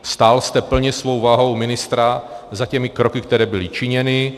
Stál jste plně svou vahou ministra za těmi kroky, které byly činěny.